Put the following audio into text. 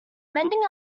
mending